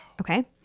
Okay